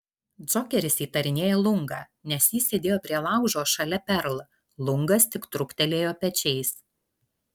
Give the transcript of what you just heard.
džokeris įtarinėja lungą nes jis sėdėjo prie laužo šalia perl lungas tik trūktelėjo pečiais